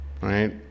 Right